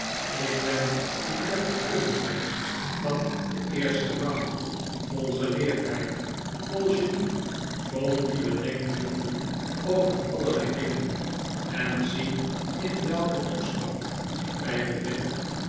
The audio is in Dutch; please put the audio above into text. ik ben een letterkundige van den eersten rang vol geleerdheid vol genie vol nieuwe denkbeelden over allerlei dingen en zie in welken toestand ik mij bevind